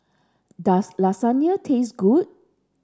does Lasagne taste good